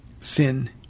sin